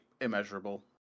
immeasurable